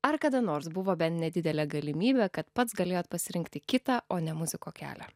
ar kada nors buvo bent nedidelė galimybė kad pats galėjot pasirinkti kitą o ne muziko kelią